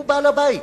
הוא בעל-הבית.